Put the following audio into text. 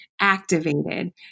activated